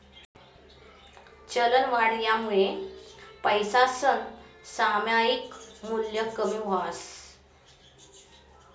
चलनवाढनामुये पैसासनं सामायिक मूल्य कमी व्हस